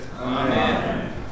Amen